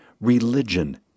Religion